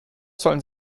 sollen